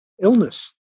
illness